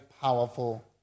powerful